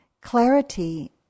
clarity